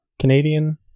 Canadian